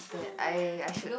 that I I should